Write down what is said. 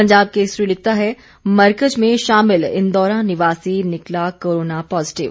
पंजाब केसरी लिखता है मरकज़ में शामिल इंदौरा निवासी निकला कोरोना पॉजिटिव